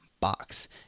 box